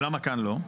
ולמה כאן לא?